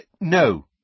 No